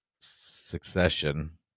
succession